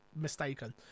mistaken